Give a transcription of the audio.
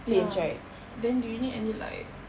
ya then do you need any like